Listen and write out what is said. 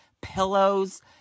pillows